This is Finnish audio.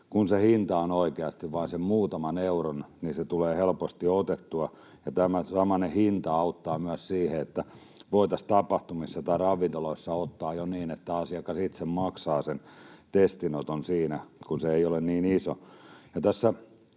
kun se hinta on oikeasti vain sen muutaman euron, niin se testi tulee helposti otettua. Tämä samainen hinta auttaa myös siihen, että voitaisiin tapahtumissa tai ravintoloissa ottaa jo niin, että asiakas itse maksaa sen testinoton siinä, kun se hinta ei ole niin iso.